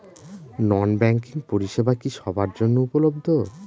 নন banking পরিষেবা কি সবার জন্য উপলব্ধ?